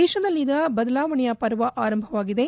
ದೇಶದಲ್ಲೀಗ ಬದಲಾವಣೆಯ ಪರ್ವ ಆರಂಭವಾಗಿದೆ